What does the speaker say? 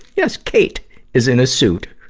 yes, cate is in a suit.